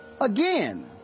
again